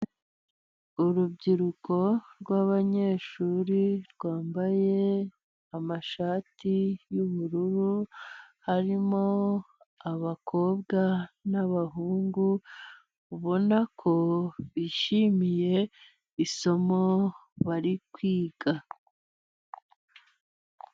Urubyiruko rw'abanyeshuri rwambaye amashati y'ubururu harimo abakobwa n'abahungu ubona ko bishimiye isomo bari kwiga.